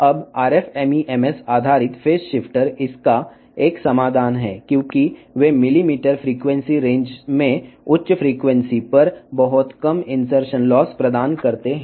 ఇప్పుడు RF MEMS ఆధారిత phase shifter దీనికి పరిష్కారం ఎందుకంటే అవి మిల్లీమీటర్ వేవ్ ఫ్రీక్వెన్సీ పరిధిలో అధిక ఫ్రీక్వెన్సీ లో చాలా తక్కువ ఇన్సర్షన్ లాస్ ను అందిస్తాయి